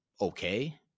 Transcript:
okay